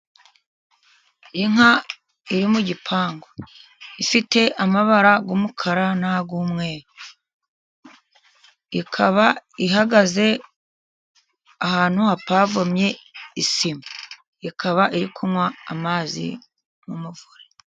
Inka irimo mu gipangu ifite amabara y'umukara nay'umweru, ikaba ihagaze ahantu hapavomye isima ikaba iri kunywa amazi mu muvure.